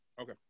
Okay